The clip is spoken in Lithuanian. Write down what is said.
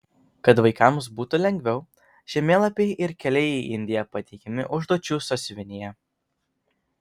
kad vaikams būtų lengviau žemėlapiai ir keliai į indiją pateikiami užduočių sąsiuvinyje